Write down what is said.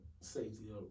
safety